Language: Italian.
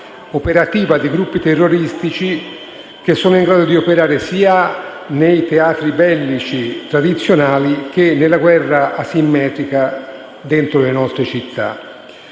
operativa dei gruppi terroristici che sono in grado di operare sia nei teatri bellici tradizionali che nella guerra asimmetrica dentro le nostre città.